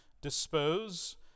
dispose